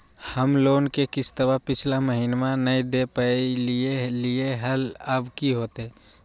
हम लोन के किस्तवा पिछला महिनवा नई दे दे पई लिए लिए हल, अब की होतई?